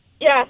Yes